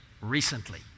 recently